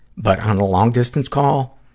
but, on a long-distance call.